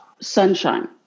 sunshine